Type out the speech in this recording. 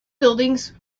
buildings